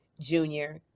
Junior